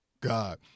God